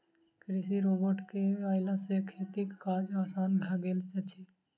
कृषि रोबोट के अयला सॅ खेतीक काज आसान भ गेल अछि